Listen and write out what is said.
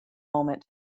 moment